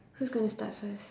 who's gonna start first